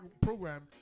program